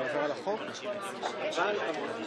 כולם במזנון?